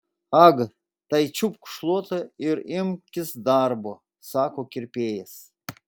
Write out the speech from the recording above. ag tai čiupk šluotą ir imkis darbo sako kirpėjas